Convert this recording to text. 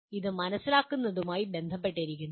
ഇത് മനസ്സിലാക്കുന്നതുമായി ബന്ധപ്പെട്ടിരിക്കുന്നു